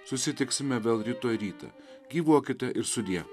susitiksime vėl rytoj rytą gyvuokite ir sudie